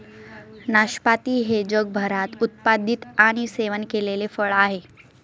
नाशपाती हे जगभरात उत्पादित आणि सेवन केलेले फळ आहे